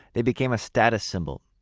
they became a status symbol.